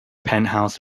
penthouse